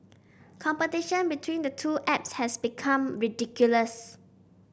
competition between the two apps has become ridiculous